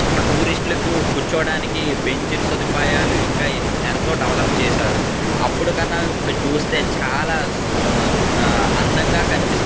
టూరిస్ట్లకు కూర్చోడానికి బెంచీలు సదుపాయాలు ఇంకా ఎన్నో ఎంతో డెవలప్ చేసారు అప్పుడు కన్నా ఇప్పుడు చూస్తే చాలా సు అందంగా కనిపిస్తుంది